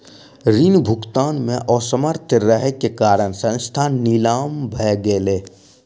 ऋण भुगतान में असमर्थ रहै के कारण संस्थान नीलाम भ गेलै